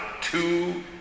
two